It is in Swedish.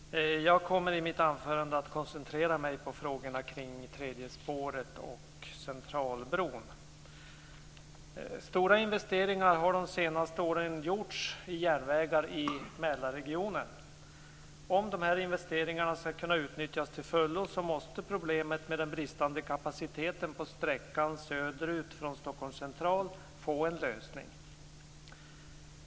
Herr talman! Jag kommer i mitt anförande att koncentrera mig på frågorna kring tredje spåret och Centralbron. Stora investeringar har de senaste åren gjorts i järnvägar i Mälarregionen. Om de här investeringarna skall kunna utnyttjas till fullo måste problemet med den bristande kapaciteten på sträckan söderut från Stockholms central få en lösning.